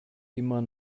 immer